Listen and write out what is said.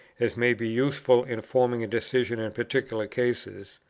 as may be useful in forming a decision in particular cases,